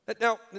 now